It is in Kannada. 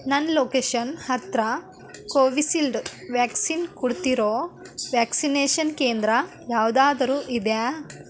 ನನ್ನ ಲೊಕೇಶನ್ ಹತ್ತಿರ ಕೋವಿಸಿಲ್ಡ್ ವ್ಯಾಕ್ಸಿನ್ ಕೊಡ್ತಿರೊ ವ್ಯಾಕ್ಸಿನೇಷನ್ ಕೇಂದ್ರ ಯಾವುದಾದ್ರೂ ಇದೆಯ